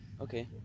Okay